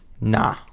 nah